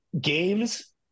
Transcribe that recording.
Games